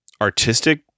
artistic